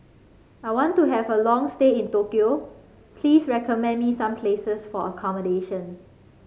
I want to have a long stay in Tokyo please recommend me some places for accommodation